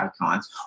icons